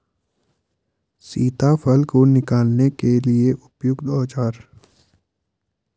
सीताफल को निकालने के लिए उपयुक्त औज़ार?